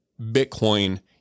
Bitcoin